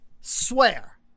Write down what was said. Swear